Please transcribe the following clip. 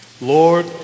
Lord